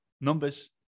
numbers